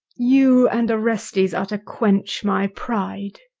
you and orestes are to quench my pride.